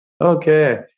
Okay